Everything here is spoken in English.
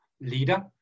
leader